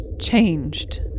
Changed